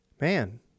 man